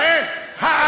מדייק, אתה לא מדייק.